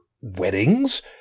weddings